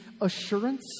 assurance